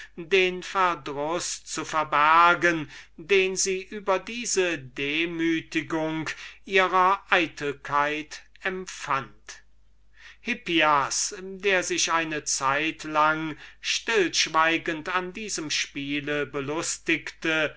den verdruß zu verbergen den sie über diese demütigung ihrer eitelkeit empfand hippias der sich eine zeitlang stillschweigend mit diesem spiel belustigte